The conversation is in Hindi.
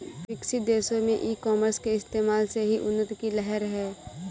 विकसित देशों में ई कॉमर्स के इस्तेमाल से ही उन्नति की लहर है